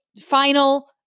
final